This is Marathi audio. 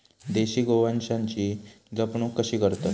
देशी गोवंशाची जपणूक कशी करतत?